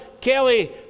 Kelly